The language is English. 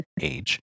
age